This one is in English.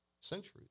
centuries